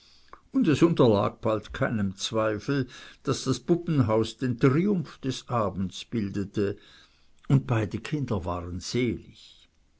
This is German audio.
und es unterlag alsbald keinem zweifel daß das puppenhaus den triumph des abends bildete und beide kinder waren selig